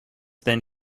then